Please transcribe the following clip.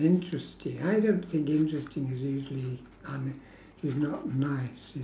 interesting I don't think interesting is usually I me~ it's not nice it's